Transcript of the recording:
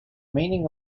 meaning